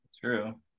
true